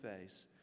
face